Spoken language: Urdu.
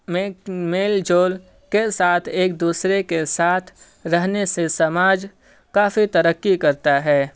میں میل جول کے ساتھ ایک دوسرے کے ساتھ رہنے سے سماج کافی ترقی کرتا ہے